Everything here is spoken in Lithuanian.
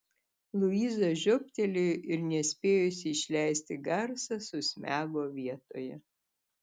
luiza žiobtelėjo ir nespėjusi išleisti garso susmego vietoje